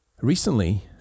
Recently